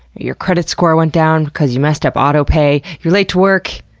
your credit score went down because you messed up autopay, you're late to work,